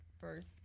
first